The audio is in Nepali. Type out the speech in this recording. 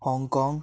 हङकङ